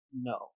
No